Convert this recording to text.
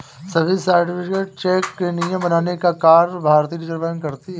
सभी certified cheque के नियम बनाने का कार्य भारतीय रिज़र्व बैंक करती है